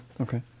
okay